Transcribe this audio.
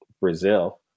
Brazil